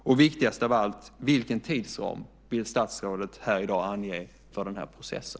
Och viktigast av allt: Vilken tidsram vill statsrådet i dag ange för den här processen?